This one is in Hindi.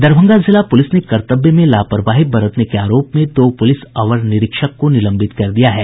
दरभंगा जिला पूलिस ने कर्तव्य में लापरवाही बरतने के आरोप में दो पूलिस अवर निरीक्षक को निलंबित कर दिया है